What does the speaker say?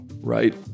right